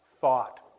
thought